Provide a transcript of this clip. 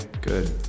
Good